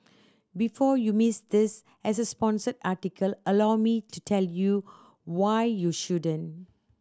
before you miss this as a sponsored article allow me to tell you why you shouldn't